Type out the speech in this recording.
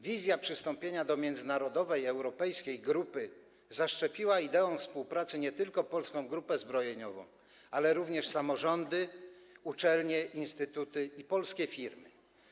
Wizja przystąpienia do międzynarodowej europejskiej grupy zaszczepiła ideę współpracy nie tylko Polskiej Grupie Zbrojeniowej, ale również samorządom, uczelniom, instytutom i polskim firmom.